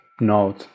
note